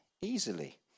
easily